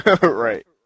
Right